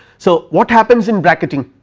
so, what happens in bracketing